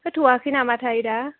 होथ'याखै नामाथाय दा